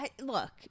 look